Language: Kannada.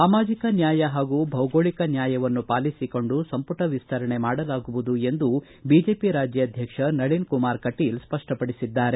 ಸಾಮಾಜಿಕ ನ್ಯಾಯ ಹಾಗೂ ಭೌಗೋಳಕ ನ್ಯಾಯವನ್ನು ಪಾಲಿಸಿಕೊಂಡು ಸಂಪುಟ ವಿಸ್ತರಣೆ ಮಾಡಲಾಗುವುದು ಎಂದು ಬಿಜೆಪಿ ರಾಜ್ಯಾಧಕ್ಷ ನಳನ್ ಕುಮಾರ್ ಕಟೀಲ್ ಸ್ಪಷ್ಪಪಡಿಸಿದ್ದಾರೆ